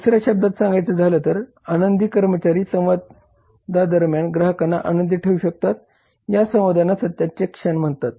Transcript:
दुसऱ्या शब्दांत सांगायचं झालं तर आनंदी कर्मचारी संवादादरम्यान ग्राहकांना आनंदीत ठेवू शकतात या संवादांना सत्याचे क्षण म्हणतात